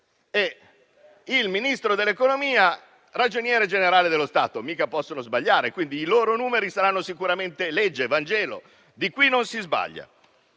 Il Ministro dell'economia e il Ragioniere generale dello Stato mica possono sbagliare, quindi i loro numeri saranno sicuramente legge, vangelo: di qui non si sbaglia.